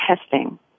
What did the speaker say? testing